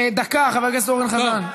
דקה, חבר הכנסת חזן.